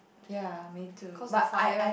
ya me too but I I